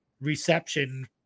reception